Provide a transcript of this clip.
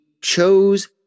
chose